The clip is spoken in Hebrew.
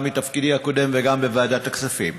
גם בתפקידי הקודם וגם בוועדת הכספים.